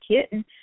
kitten